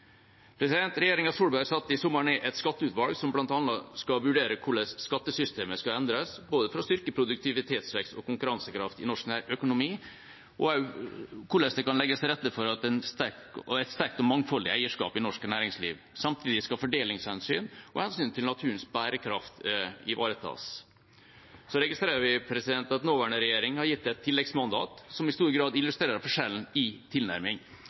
Regjeringa Solberg satte i sommer ned et skatteutvalg, som bl.a. skal vurdere hvordan skattesystemet skal endres for å styrke produktivitetsvekst og konkurransekraft i norsk økonomi, og også hvordan det kan legges til rette for et sterkt og mangfoldig eierskap i norsk næringsliv. Samtidig skal fordelingshensyn og hensyn til naturens bærekraft ivaretas. Vi registrerer at nåværende regjering har gitt et tilleggsmandat som i stor grad illustrerer forskjellen i tilnærming.